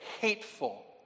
hateful